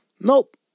Nope